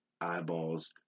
eyeballs